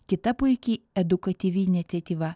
kita puiki edukatyvi iniciatyva